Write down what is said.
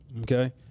Okay